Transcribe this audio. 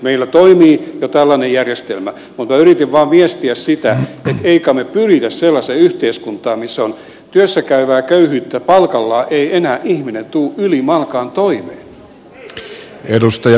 meillä toimii jo tällainen järjestelmä mutta minä yritin vain viestiä sitä että emme kai me pyri sellaiseen yhteiskuntaan missä on työssä käyvää köyhyyttä ja palkallaan ei enää ihminen tule ylimalkaan toimeen